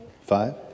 Five